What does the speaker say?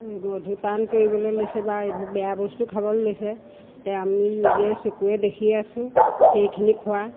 মদ্যপান কৰিবলৈ লৈছে বা এইবোৰ বেয়া বস্তু খাবলৈ লৈছে তে আমি নিজে চকুৰে দেখি আছোঁ সেইখিনি খোৱা